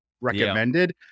recommended